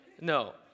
No